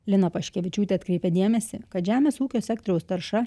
lina paškevičiūtė atkreipia dėmesį kad žemės ūkio sektoriaus tarša